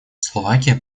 словакия